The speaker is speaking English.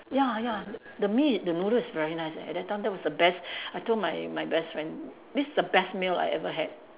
ya ya the the meat the noodles is very nice at that time that was the best I told my my best friend this is the best meal I ever had